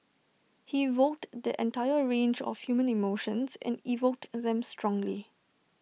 he evoked the entire range of human emotions and evoked them strongly